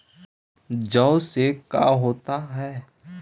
जौ से का होता है?